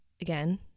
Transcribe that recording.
again